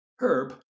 Herb